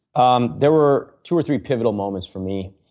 um there were two or three pivotal moments for me.